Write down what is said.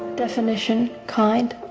definition. kind.